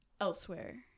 elsewhere